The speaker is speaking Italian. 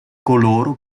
coloro